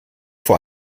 vor